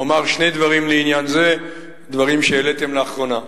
אומר שני דברים לעניין זה, דברים שהעליתם לאחרונה.